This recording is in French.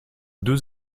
deux